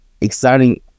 exciting